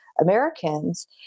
Americans